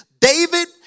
David